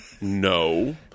no